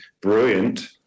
brilliant